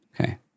Okay